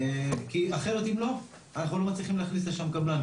כי אחרת אם לא אנחנו לא מצליחים להכניס לשם קבלן.